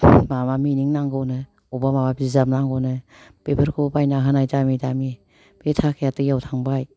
माबा नांगौनो अबावबा माबा बिजाब नांगौनो बेफोरखौ बायना होनाय दामि दामि बे थाखाया दैयाव थांबाय